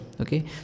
okay